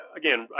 again